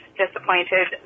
disappointed